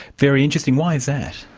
very interesting. why is that?